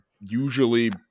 usually